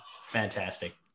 fantastic